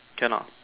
can what